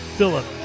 Philip